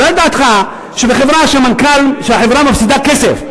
עולה על דעתך שבחברה שמפסידה כסף,